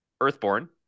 Earthborn